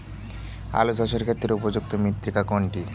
আলু চাষের ক্ষেত্রে উপযুক্ত মৃত্তিকা কোনটি?